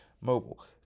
Mobile